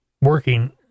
working